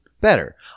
better